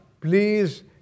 Please